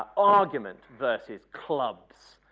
argument versus clubs,